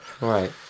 Right